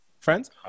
friends